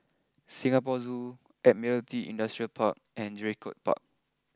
Singapore Zoo Admiralty Industrial Park and Draycott Park